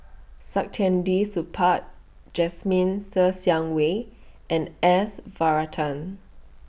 Saktiandi Supaat Jasmine Ser Xiang Wei and S Varathan